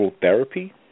therapy